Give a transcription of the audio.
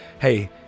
Hey